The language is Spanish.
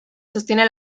sostiene